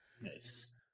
Nice